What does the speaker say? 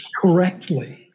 correctly